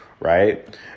Right